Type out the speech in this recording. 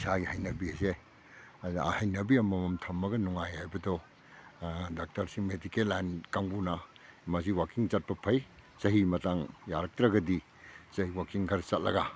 ꯏꯁꯥꯒꯤ ꯍꯩꯅꯕꯤ ꯑꯁꯦ ꯑꯗꯨꯅ ꯍꯩꯅꯕꯤ ꯑꯃꯃꯝ ꯊꯝꯃꯒ ꯅꯨꯡꯉꯥꯏ ꯍꯥꯏꯕꯗꯣ ꯗꯥꯛꯇꯔꯁꯤ ꯃꯦꯗꯤꯀꯦꯜ ꯂꯥꯏꯟ ꯀꯥꯡꯕꯨꯅ ꯃꯁꯤ ꯋꯥꯛꯀꯤꯡ ꯆꯠꯄ ꯐꯩ ꯆꯍꯤ ꯃꯇꯥꯡ ꯌꯥꯔꯛꯇ꯭ꯔꯒꯗꯤ ꯆꯍꯤ ꯋꯥꯛꯀꯤꯡ ꯈꯔ ꯆꯠꯂꯒ